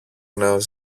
νέο